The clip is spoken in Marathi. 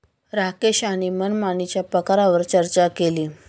राकेश यांनी मनमानीच्या प्रकारांवर चर्चा केली